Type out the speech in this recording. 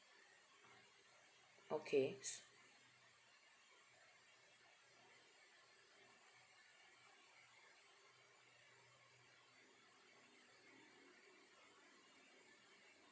okay